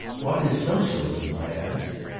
what is socialism? i asked.